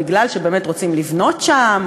בגלל שבאמת רוצים לבנות שם,